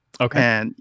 Okay